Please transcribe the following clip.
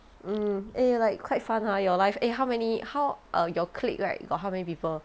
mm eh like quite fun ah your life eh how many how err your clique right got how many people